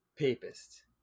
Papist